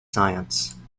science